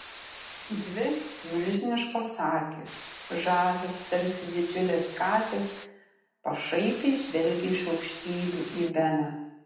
dvi milžiniškos akys žalios tarsi didžiulės katės pašaipiai žvelgė iš aukštybių į beną